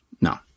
no